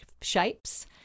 shapes